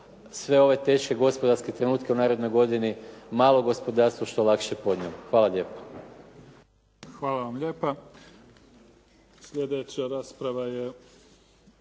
sve ove teške gospodarske trenutke u narednoj godini malo gospodarstvo što lakše podnijelo. Hvala lijepa. **Mimica, Neven (SDP)** Hvala vam lijepa. Slijedeća rasprava je